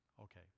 Okay